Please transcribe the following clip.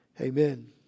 Amen